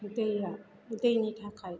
दैआ दैनि थाखाय